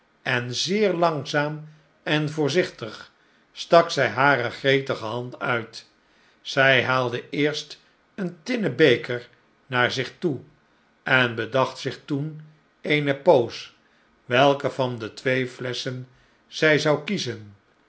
en zeer langzaam en voorzichtig stak zij hare gretige hand uit zij haalde eerst een tinnen beker naar zich toe en bedacht zich toen eene poos welke van de twee flesschen zij zou kiezen